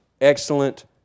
excellent